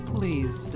Please